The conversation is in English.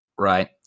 Right